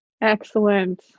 Excellent